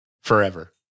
forever